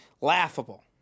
laughable